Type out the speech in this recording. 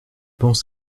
pense